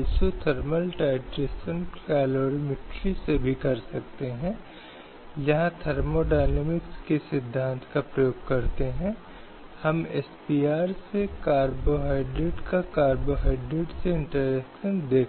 दूसरी महिलाओं के साथ व्यभिचार संबंध है अब यह एक ऐसा मामला था जिसे सोमित्री विष्णु बनाम भारत संघ 1985 में चुनौती दी गई थी जहां धारा 197 आईपीसी इस आधार पर चुनौती दी गई कि यह भारतीय संविधान के अनुच्छेद 14 के समानता स्थापित अधिकार के उल्लंघन का उल्लंघन करता है